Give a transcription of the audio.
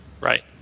Right